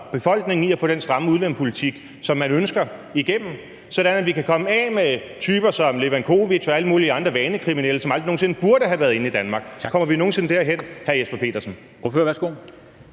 befolkningen i at få den stramme udlændingepolitik, som man ønsker, igennem, sådan at vi kan komme af med typer som Levakovic og alle mulige andre vanekriminelle, som aldrig nogen sinde burde have været inde i Danmark? Kommer vi nogen sinde derhen, hr. Jesper Petersen?